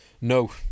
No